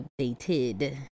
Updated